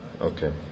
Okay